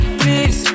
please